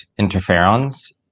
interferons